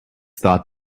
thought